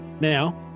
Now